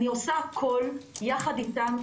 אני עושה הכול יחד איתם,